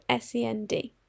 SEND